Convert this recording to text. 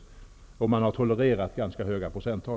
Man har också där tolererat ganska höga procenttal.